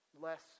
less